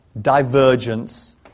divergence